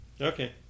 Okay